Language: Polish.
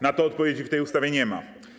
Na to odpowiedzi w tej ustawie nie ma.